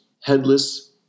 headless